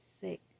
sick